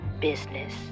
business